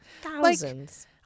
thousands